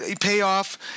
payoff